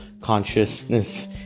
consciousness